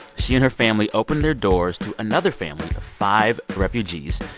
she and her family opened their doors to another family of five refugees.